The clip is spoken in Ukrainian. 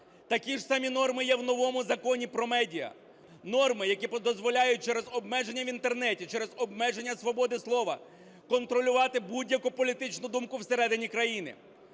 Такі ж самі норми є в новому Законі про медіа. Норми, які дозволяють через обмеження в Інтернеті, через обмеження свободи слова, контролювати будь-яку політичну думку всередині країни.